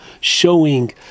showing